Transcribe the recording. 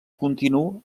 continu